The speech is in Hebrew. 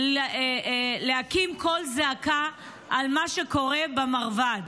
להקים קול זעקה על מה שקורה במרב"ד.